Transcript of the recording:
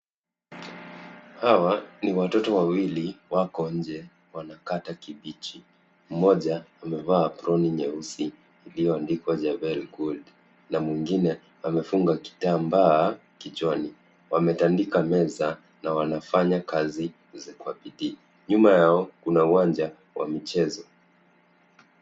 Hawa ni watoto wawili wako nje wanakata kibichi. Mmoja amevaa aproni nyeusi iliyoandikwa Javel Gold na mwengine amefunga kitambaa kichwani. Wametandika meza na wanafanya kazi kwa bidii. Nyuma yao kuna uwanja wa michezo.